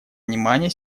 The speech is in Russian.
внимания